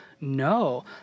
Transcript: No